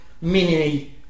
mini